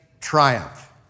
triumph